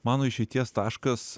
mano išeities taškas